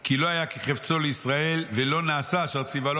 כי לא היה כחפצו לישראל ולא נעשה אשר ציווה לו